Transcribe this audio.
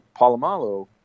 Palomalo